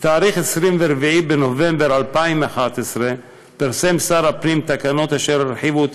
ביום 24 בנובמבר 2011 פרסם שר הפנים תקנות אשר הרחיבו את